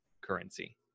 currency